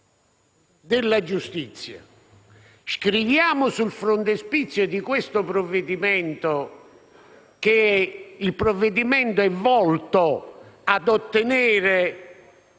della giustizia, scriviamo sul frontespizio di questo provvedimento che è volto a ottenere